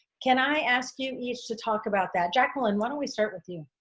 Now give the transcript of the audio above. can i ask you each to talk about that? jacqueline? why don't we start with you?